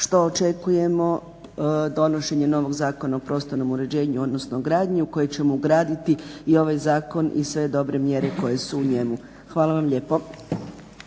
što očekujemo donošenje novog Zakona o prostornom uređenju odnosno gradnji u koji ćemo ugraditi i ovaj zakon i sve dobre mjere koje su u njemu. Hvala vam lijepo.